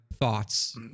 thoughts